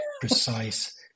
precise